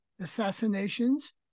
Assassinations